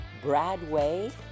Bradway